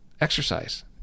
exercise